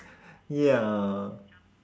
ya